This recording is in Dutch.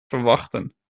verwachten